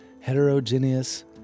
heterogeneous